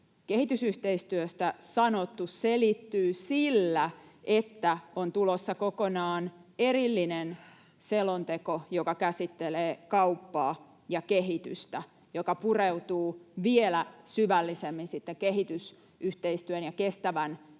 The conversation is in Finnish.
kehitysyhteistyöstä sanottu, selittyy sillä, että on tulossa kokonaan erillinen selonteko, joka käsittelee kauppaa ja kehitystä, joka pureutuu vielä syvällisemmin sitten kehitysyhteistyön ja kestävän kehityksen